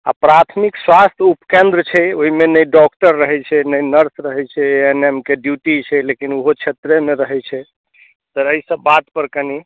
आ प्राथमिक स्वास्थ्य उपकेन्द्र छै ओहिमे नहि डॉक्टर रहैत छै नहि नर्स रहैत छै ए एन एम के ड्यूटी छै लेकिन ओहो क्षेत्रेमे रहैत छै तऽ एहिसभ बातपर कनि